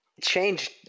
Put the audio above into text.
change